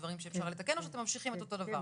דברים שאפשר לתקן או שאתם ממשיכים את אותו דבר?